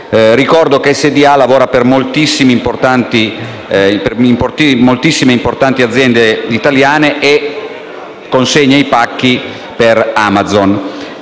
Ricordo che SDA lavora per moltissime e importanti aziende italiane e consegna i pacchi per Amazon.